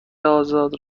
آزاد